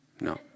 No